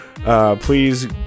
Please